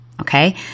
Okay